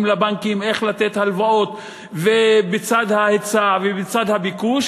לבנקים איך לתת הלוואות בצד ההיצע ובצד הביקוש,